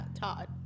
Todd